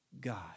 God